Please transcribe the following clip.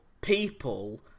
people